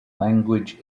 language